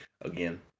again